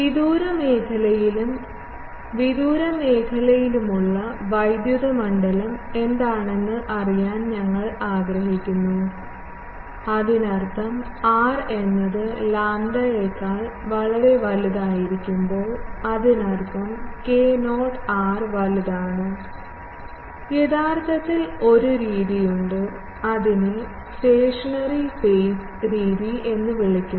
വിദൂര മേഖലയിലും വിദൂര മേഖലയിലുമുള്ള വൈദ്യുത മണ്ഡലം എന്താണെന്ന് അറിയാൻ ഞങ്ങൾ ആഗ്രഹിക്കുന്നു അതിനർത്ഥം r എന്നത് ലാംഡയേക്കാൾ വളരെ വലുതായിരിക്കുമ്പോൾ അതിനർത്ഥം k0 r വലുതാണ് യഥാർത്ഥത്തിൽ ഒരു രീതി ഉണ്ട് അതിനെ സ്റ്റേഷണറി ഫേസ് രീതി എന്ന് വിളിക്കുന്നു